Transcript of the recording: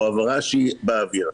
העברה שהיא באוויר.